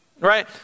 right